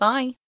Bye